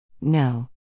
No